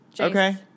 Okay